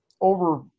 over